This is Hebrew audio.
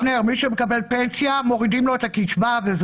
אבנר, מי שמקבל פנסיה מורידים לו את הקצבה.